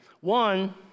One